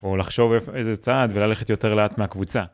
או לחשוב איפ-איזה צעד, וללכת יותר לאט מהקבוצה.